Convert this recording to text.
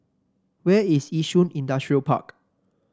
where is Yishun Industrial Park